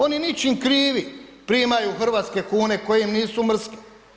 Oni ničim krivi primaju hrvatske kune koje im nisu mrske.